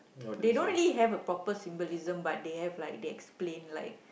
they don't really have a proper symbolism but they have like they explain like